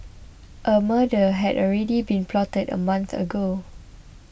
a murder had already been plotted a month ago